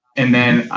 and then,